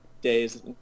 days